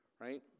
right